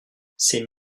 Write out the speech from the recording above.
ses